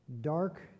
dark